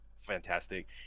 fantastic